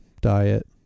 diet